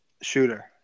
shooter